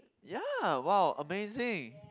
ya !wow! amazing